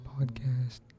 podcast